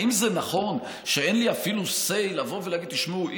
האם זה נכון שאין לי אפילו say לבוא ולהגיד: תשמעו,